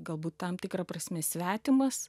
galbūt tam tikra prasme svetimas